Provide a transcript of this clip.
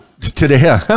today